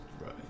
right